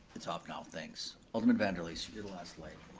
it's off now, thanks. alderman van der leest, you're the last light.